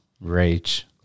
Rage